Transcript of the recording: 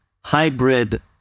hybrid